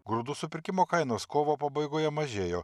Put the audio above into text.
grūdų supirkimo kainos kovo pabaigoje mažėjo